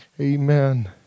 amen